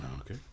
Okay